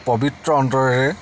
পৱিত্ৰ অন্তৰে